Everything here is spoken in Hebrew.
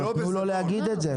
תנו לו להגיד את זה.